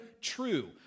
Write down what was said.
true